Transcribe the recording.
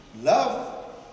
Love